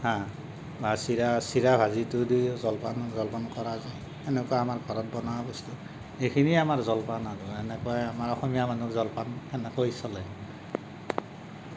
আৰু চিৰা চিৰা ভাজিটো দি জলপান জলপান কৰা যায় এনেকুৱা আমাৰ ঘৰত বনাওঁ এইখিনিয়ে আমাৰ জলপান আৰু এনেকৈ আমাৰ অসমীয়া সমাজত জলপান এনেকৈ চলে